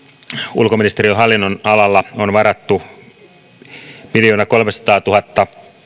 ulkoministeriön hallinnonalalla on varattu miljoonankolmensadantuhannen